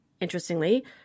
interestingly